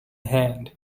hand